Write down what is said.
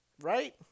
Right